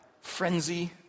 frenzy